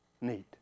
need